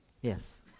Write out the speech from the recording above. Yes